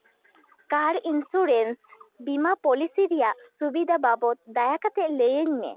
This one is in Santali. ᱠᱟᱨ ᱤᱱᱥᱩᱨᱮᱱᱥ ᱵᱤᱢᱟ ᱨᱮᱭᱟᱜ ᱥᱩᱵᱤᱫᱟ ᱵᱟᱵᱚᱫᱽ ᱫᱟᱭᱟ ᱠᱟᱛᱮᱫ ᱞᱟᱹᱭᱟᱹᱧ ᱢᱮ